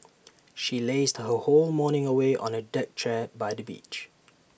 she lazed her whole morning away on A deck chair by the beach